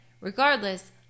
regardless